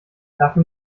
dafür